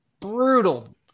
brutal